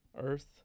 Earth